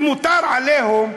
ומותר "עליהום",